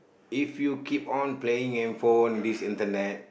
if you keep on playing handphone this internet